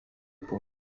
pour